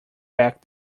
back